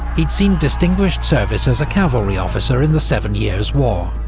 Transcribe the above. he'd seen distinguished service as a cavalry officer in the seven years war.